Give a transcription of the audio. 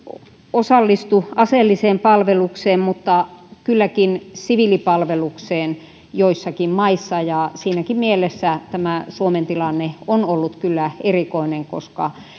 osallistu aseelliseen palvelukseen mutta kylläkin siviilipalvelukseen joissakin maissa ja siinäkin mielessä tämä suomen tilanne on ollut kyllä erikoinen